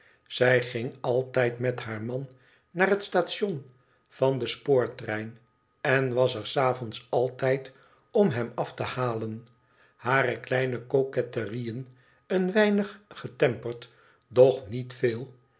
zij ging altijd met haar man naar het station van den spoortrein en was er s avonds altijd om hem af te halen hare kleine coquetterieën een weinig getemperd doch niet veel